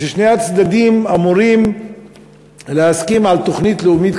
וששני הצדדים אמורים להסכים על תוכנית לאומית